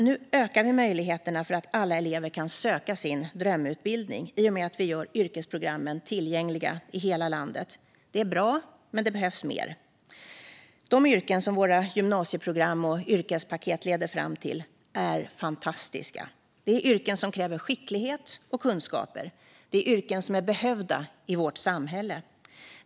Nu ökar vi möjligheterna för alla elever att söka sin drömutbildning i och med att vi gör yrkesprogrammen tillgängliga i hela landet. Det är bra, men det behövs mer. De yrken som våra gymnasieprogram och yrkespaket leder fram till är fantastiska. Det är yrken som kräver skicklighet och kunskaper. Det är yrken som är behövda i vårt samhälle.